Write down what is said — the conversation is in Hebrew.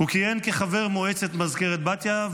הוא כיהן כחבר מועצת מזכרת בתיה,